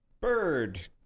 Bird